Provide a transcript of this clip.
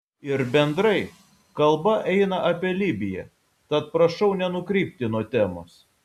ir bendrai kalba eina apie libiją tad prašau nenukrypti nuo temos